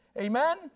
Amen